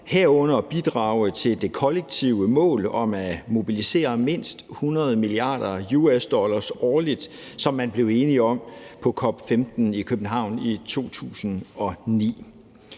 herunder at bidrage til det kollektive mål om at mobilisere mindst 100 mia. dollar årligt, som man blev enige om på COP15 i København i 2009.